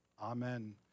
Amen